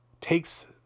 takes